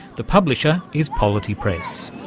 the publisher is polity press.